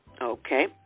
okay